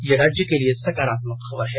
ये राज्य के लिए सकारात्मक खबर है